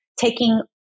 taking